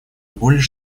более